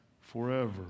forever